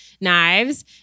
knives